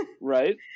right